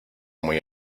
muy